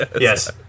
Yes